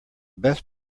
best